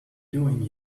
doing